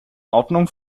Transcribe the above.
ordnung